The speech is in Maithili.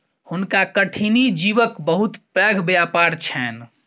हुनका कठिनी जीवक बहुत पैघ व्यापार छैन